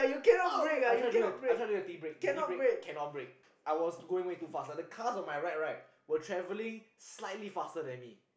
out of the way I tried to do the I tried to the T brake T brake cannot brake I was going way too fast like the cars on my right right were travelling slightly faster than me